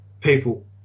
people